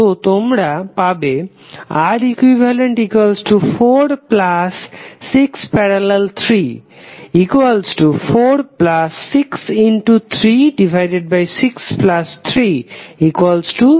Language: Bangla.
তো তোমরা পাবে Req46